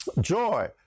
joy